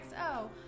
XO